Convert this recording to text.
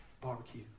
Barbecue